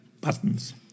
buttons